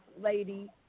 lady